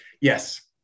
Yes